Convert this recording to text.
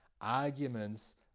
arguments